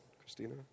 Christina